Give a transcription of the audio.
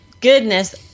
goodness